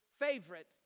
favorite